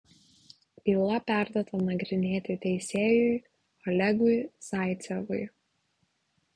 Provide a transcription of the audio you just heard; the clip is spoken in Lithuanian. byla perduota nagrinėti teisėjui olegui zaicevui